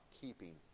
keeping